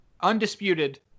undisputed